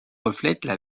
reflètent